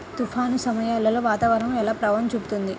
తుఫాను సమయాలలో వాతావరణం ఎలా ప్రభావం చూపుతుంది?